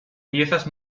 piezas